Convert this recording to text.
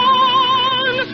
on